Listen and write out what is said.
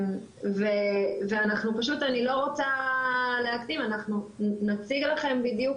ואני לא רוצה להקדים, אנחנו נציג לכם בדיוק